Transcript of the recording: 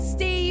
Steve